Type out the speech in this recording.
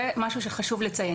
זה משהו שחשוב לציין.